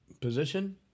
Position